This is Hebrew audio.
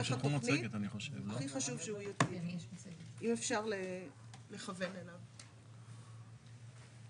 אם אפשר לכוון אליו.